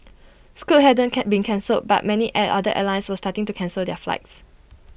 scoot hadn't can't been cancelled but many air other airlines were starting to cancel their flights